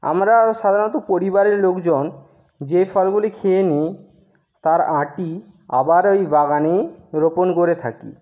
আমরাও সাধারণত পরিবারের লোকজন যে ফলগুলি খেয়ে নিই তার আঁটি আবার ওই বাগানেই রোপণ করে থাকি